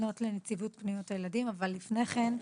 לפנות לנציבות פניות הילדים, אבל לפני כן,